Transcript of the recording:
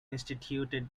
instituted